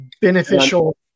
beneficial –